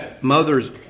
Mothers